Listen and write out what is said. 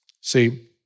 See